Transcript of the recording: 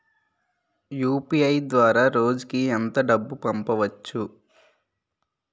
UPI ద్వారా రోజుకి ఎంత డబ్బు పంపవచ్చు?